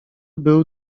był